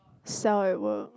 sell at work